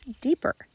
deeper